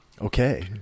Okay